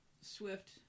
swift